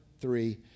three